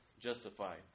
justified